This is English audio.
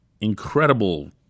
incredible